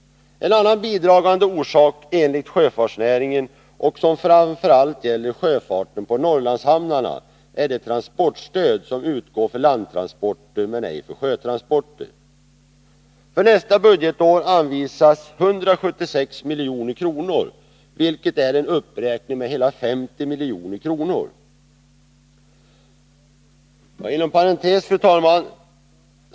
En annan bidragande orsak, enligt sjöfartsnäringen, och som framför allt gäller sjöfarten på Norrlandshamnarna är det transportstöd som utgår för landtransporter men ej för sjötransporter. För nästa budgetår anvisas 176 milj.kr., vilket är en uppräkning med hela 50 milj.kr. Fru talman!